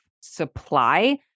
supply